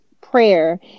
prayer